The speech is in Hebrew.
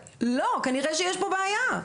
לא! כנראה שיש פה בעיה.